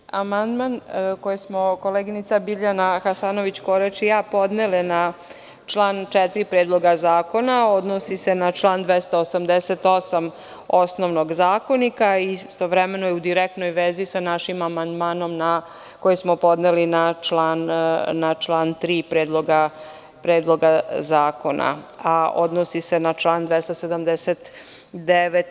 Amandman koji smo koleginica Biljana Hasanović Korać i ja podnele na član 4. Predloga zakona odnosi se na član 288. osnovnog Zakonika i istovremeno je u direktnoj vezi sa našim amandmanom koji smo podneli na član 3. Predloga zakona, a odnosi se na član 279.